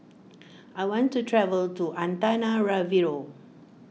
I want to travel to Antananarivo